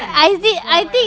I thi~ I think